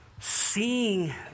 Seeing